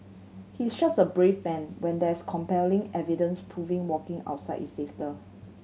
he is such a brave man when there's compelling evidence proving walking outside is safer